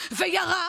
וירה